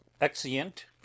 Exeunt